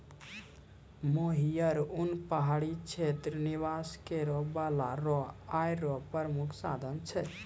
मोहियर उन पहाड़ी क्षेत्र निवास करै बाला रो आय रो प्रामुख साधन छै